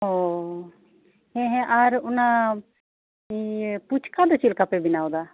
ᱳᱚ ᱦᱮᱸ ᱦᱮᱸ ᱟᱨ ᱚᱱᱟ ᱤᱭᱟᱹ ᱯᱷᱩᱪᱠᱟ ᱫᱚ ᱪᱮᱫ ᱞᱮᱠᱟ ᱯᱮ ᱵᱮᱱᱟᱣ ᱮᱫᱟ